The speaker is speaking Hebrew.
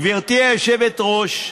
גברתי היושבת-ראש,